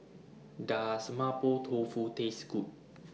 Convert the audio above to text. Does Mapo Tofu Taste Good